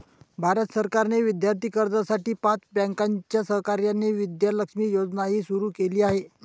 भारत सरकारने विद्यार्थी कर्जासाठी पाच बँकांच्या सहकार्याने विद्या लक्ष्मी योजनाही सुरू केली आहे